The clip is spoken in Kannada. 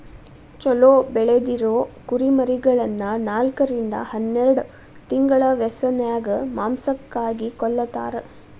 ಚೊಲೋ ಬೆಳದಿರೊ ಕುರಿಮರಿಗಳನ್ನ ನಾಲ್ಕರಿಂದ ಹನ್ನೆರಡ್ ತಿಂಗಳ ವ್ಯಸನ್ಯಾಗ ಮಾಂಸಕ್ಕಾಗಿ ಕೊಲ್ಲತಾರ